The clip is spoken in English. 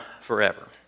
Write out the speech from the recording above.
forever